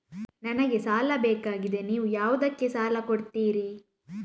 ನನಗೆ ಸಾಲ ಬೇಕಾಗಿದೆ, ನೀವು ಯಾವುದಕ್ಕೆ ಸಾಲ ಕೊಡ್ತೀರಿ?